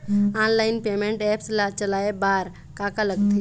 Online payment apps ला चलाए बार का का लगथे?